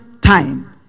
time